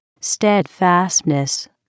steadfastness